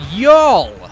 y'all